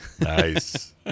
Nice